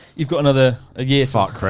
you've got another a year. fuck,